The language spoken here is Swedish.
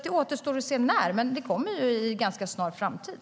Det återstår att se när, men det kommer inom en ganska snar framtid.